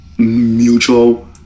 mutual